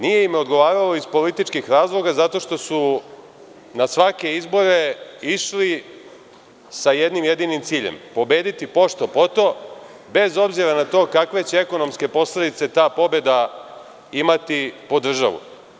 Nije im odgovarala iz političkih razloga zato što su na svake izbore išli sa jednim jedinim ciljem – pobediti pošto poto, bez obzira na to kakve će ekonomske posledice ta pobeda imati po državu.